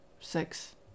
Six